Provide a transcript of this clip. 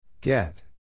get